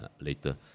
later